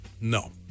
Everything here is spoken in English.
No